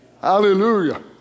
Hallelujah